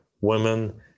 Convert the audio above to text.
women